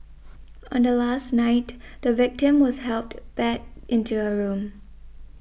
on the last night the victim was helped back into her room